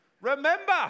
Remember